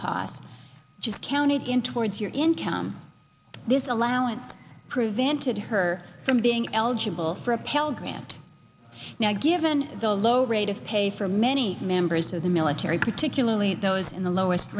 costs just counted in towards your income this allowance prevented her from being eligible for a pell grant now given the low rate of pay for many members of the military particularly those in the lowest